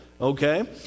okay